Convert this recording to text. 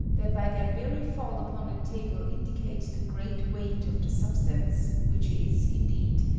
that by their very fall upon the table indicate the great weight of the substance, which is, indeed,